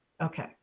Okay